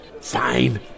Fine